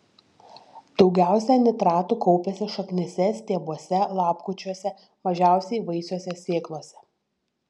daugiausiai nitratų kaupiasi šaknyse stiebuose lapkočiuose mažiausiai vaisiuose sėklose